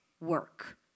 work